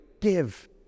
give